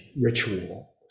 ritual